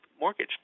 mortgage